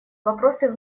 вопросы